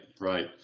right